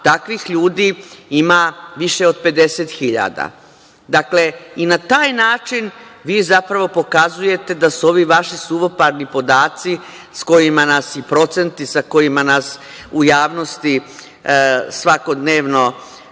takvih ljudi ima više od 50.000.Dakle, i na taj način vi zapravo pokazujete da su ovi vaši suvoparni podaci sa kojima nas, i procenti, sa kojima nas u javnosti svakodnevno